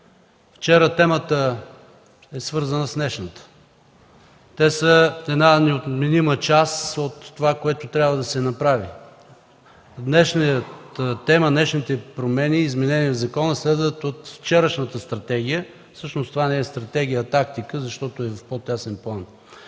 вчерашната тема е свързана с днешната. Те са неотменима част от това, което трябва да се направи. Днешната тема, днешните промени и изменения в закона следват от вчерашната стратегия, всъщност това не е стратегия, а тактика, защото е в по-тесен план.